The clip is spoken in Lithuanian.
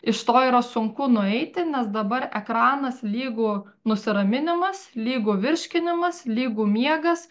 iš to yra sunku nueiti nes dabar ekranas lygu nusiraminimas lygu virškinimas lygu miegas